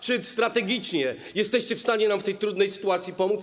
Czy strategicznie jesteście w stanie nam w tej trudnej sytuacji pomóc?